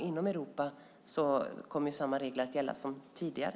Inom Europa kommer samma regler att gälla som tidigare.